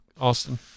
Austin